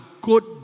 good